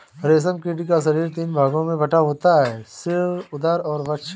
रेशम कीट का शरीर तीन भागों में बटा होता है सिर, उदर और वक्ष